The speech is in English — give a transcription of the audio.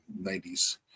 90s